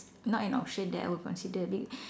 not an option I will consider be